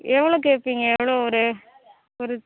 எவ்வளோ கேட்பீங்க எவ்வளோ ஒரு ஒரு